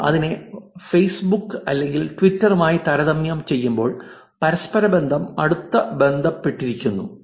നിങ്ങൾ അതിനെ ഫെയ്സ്ബുക്ക് അല്ലെങ്കിൽ ട്വിറ്ററുമായി താരതമ്യം ചെയ്യുമ്പോൾ പരസ്പരബന്ധം അടുത്ത ബന്ധപ്പെട്ടിരിക്കുന്നു